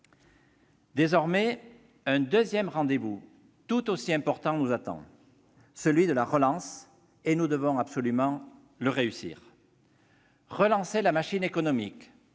Désormais, un deuxième rendez-vous, tout aussi important, nous attend : celui de la relance. Nous devons absolument le réussir ! Relancer la machine économique